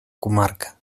comarca